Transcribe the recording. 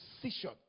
precision